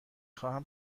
خواهم